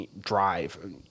Drive